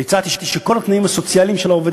והצעתי שכל התנאים הסוציאליים של העובד